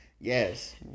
yes